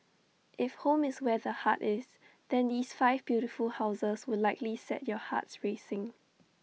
if home is where the heart is then these five beautiful houses will likely set your hearts racing